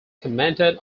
commented